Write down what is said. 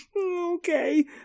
okay